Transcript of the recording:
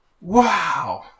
Wow